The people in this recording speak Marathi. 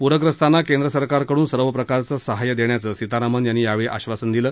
पूरग्रस्तांना केंद्र सरकारकडून सर्व प्रकारचं सहाय्य देण्याचं सीतारामन यांनी यावेळी आश्वासन दिलं